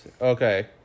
Okay